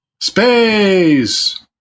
Space